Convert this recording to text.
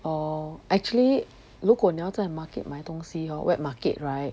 orh actually 如果你要在 market 买东西 hor wet market right